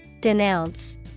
Denounce